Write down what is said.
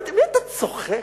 אתה צוחק?